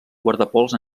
guardapols